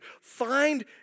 Find